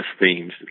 themes